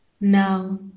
Now